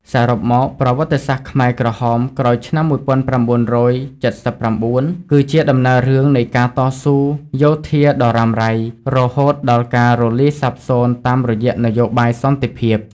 សរុបមក ប្រវត្តិសាស្ត្រខ្មែរក្រហមក្រោយឆ្នាំ១៩៧៩ គឺជាដំណើររឿងនៃការតស៊ូយោធាដ៏រ៉ាំរ៉ៃ រហូតដល់ការរលាយសាបសូន្យតាមរយៈនយោបាយសន្តិភាព។